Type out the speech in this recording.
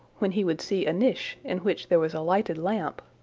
when he would see a niche, in which there was a lighted lamp.